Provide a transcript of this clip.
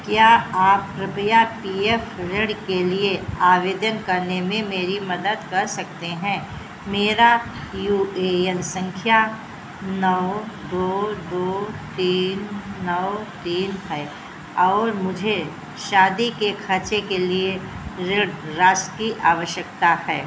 क्या आप कृपया पी एफ ऋण के लिए आवेदन करने में मेरी मदद कर सकते हैं मेरा यू ए एन संख्या नौ दो दो तीन नौ तीन है और मुझे शादी के खर्चे के लिए ऋण राशि की आवश्यकता है